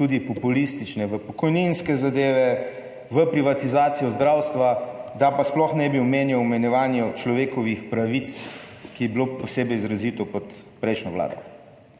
tudi populistične, v pokojninske zadeve, v privatizacijo zdravstva, da pa sploh ne bi omenjal o omejevanju človekovih pravic, ki je bilo posebej izrazito pod prejšnjo Vlado.